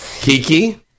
kiki